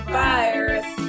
virus